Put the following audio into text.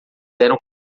eram